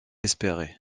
espéré